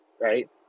right